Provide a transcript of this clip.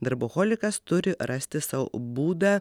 darboholikas turi rasti sau būdą